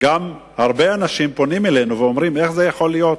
הרבה אנשים פונים אלינו ואומרים: איך זה יכול להיות?